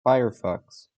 firefox